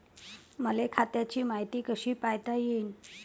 मले खात्याची मायती कशी पायता येईन?